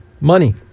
Money